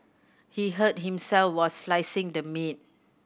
he hurt himself while slicing the meat